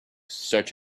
such